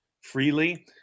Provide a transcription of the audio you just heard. freely